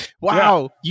wow